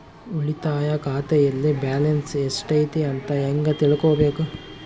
ಉಳಿತಾಯ ಖಾತೆಯಲ್ಲಿ ಬ್ಯಾಲೆನ್ಸ್ ಎಷ್ಟೈತಿ ಅಂತ ಹೆಂಗ ತಿಳ್ಕೊಬೇಕು?